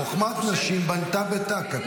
"חכמות נשים בנתה ביתה", כתוב.